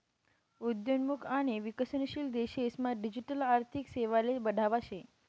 उद्योन्मुख आणि विकसनशील देशेस मा डिजिटल आर्थिक सेवाले बढावा शे